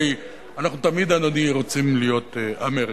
הרי אנחנו תמיד, אדוני, רוצים להיות אמריקה.